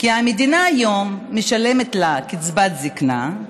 כי היום המדינה משלמת לה קצבת זקנה.